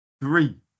Three